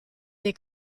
dei